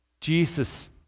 Jesus